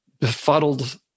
befuddled